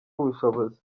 ubushobozi